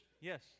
yes